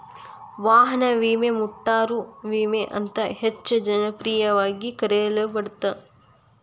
ವಾಹನ ವಿಮೆ ಮೋಟಾರು ವಿಮೆ ಅಂತ ಹೆಚ್ಚ ಜನಪ್ರಿಯವಾಗಿ ಕರೆಯಲ್ಪಡತ್ತ